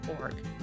org